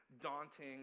daunting